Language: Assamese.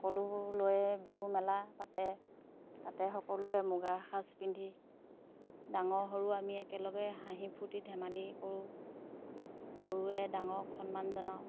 সকলো লৈ বিহুমেলা পাতে তাতে সকলোৱে মুগাৰ সাজ পিন্ধি ডাঙৰ সৰু আমি একেলগে হাঁহি ফূৰ্ত্তি ধেমালি কৰোঁ সৰুৱে ডাঙৰক সন্মান জনাওঁ